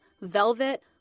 velvet